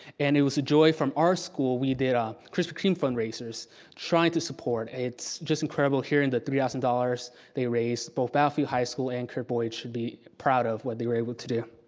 and it was a joy from our school. we did a chris king fundraisers trying to support, it's just incredible hearing the three thousand dollars they raised. both battlefield high school and kurt boyd should be proud of what they were able to do.